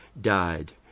died